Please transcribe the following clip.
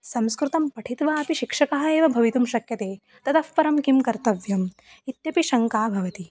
संस्कृतं पठित्वा अपि शिक्षकः एव भवितुं शक्यते ततःपरं किं कर्तव्यम् इत्यपि शङ्का भवति